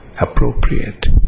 appropriate